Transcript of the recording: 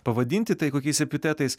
pavadinti tai kokiais epitetais